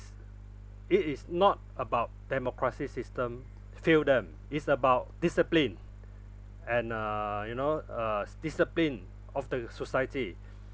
it is not about democracy system failed them it's about discipline and err you know uh s~ discipline of the society